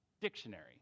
dictionary